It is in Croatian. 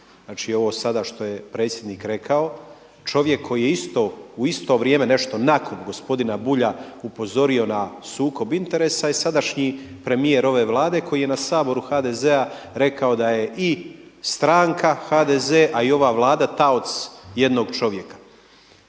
znači ovo sada što je predsjednik rekao čovjek koji je u isto vrijeme nešto nakon gospodina Bulja upozorio na sukob interesa je sadašnji premijer ove Vlade koji je na Saboru HDZ-a rekao da je i stranka HDZ a i ova Vlada taoc jednog čovjeka.